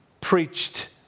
preached